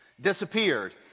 disappeared